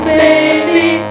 baby